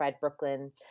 Brooklyn